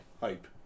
hype